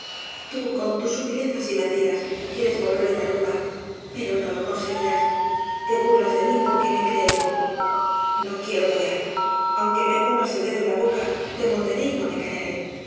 tú con tus sutilezas y mentiras quieres vol verme tarumba pero no lo conseguirás te burlas de mí porque me crees bobo no quiero callar aunque me pongas el dedo en la boca te morderé y no me callaré